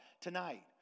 tonight